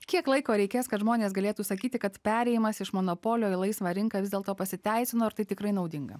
kiek laiko reikės kad žmonės galėtų sakyti kad perėjimas iš monopolio į laisvą rinką vis dėlto pasiteisino ir tai tikrai naudinga